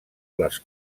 les